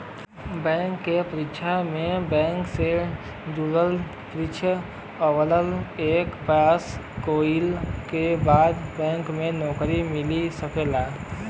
bank के परीक्षा में बैंक से जुड़ल प्रश्न आवला एके पास कइले के बाद बैंक में नौकरी मिल सकला